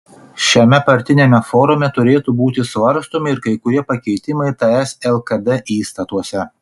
šiame partiniame forume turėtų būti svarstomi ir kai kurie pakeitimai ts lkd įstatuose